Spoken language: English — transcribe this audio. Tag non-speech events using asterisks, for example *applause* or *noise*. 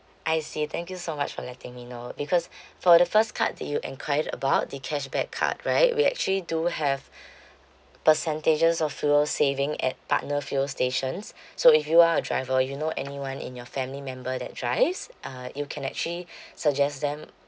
I see thank you so much for letting me know because *breath* for the first card that you enquired about the cashback card right we actually do have *breath* percentages of fuel saving at partner fuel stations *breath* so if you are a driver you know anyone in your family member that drives uh you can actually *breath* suggest them